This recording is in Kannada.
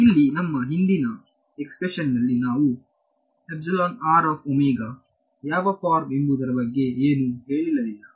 ಇಲ್ಲಿ ನಮ್ಮ ಹಿಂದಿನ ಎಕ್ಸ್ಪ್ರೆಷನ್ ನಲ್ಲಿ ನಾವು ಯಾವ ಫಾರ್ಮ್ ಎಂಬುದರ ಬಗ್ಗೆ ಏನನ್ನೂ ಹೇಳಲಿಲ್ಲ